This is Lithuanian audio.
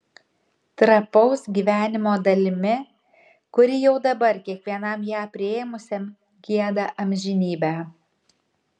trapaus gyvenimo dalimi kuri jau dabar kiekvienam ją priėmusiam gieda amžinybę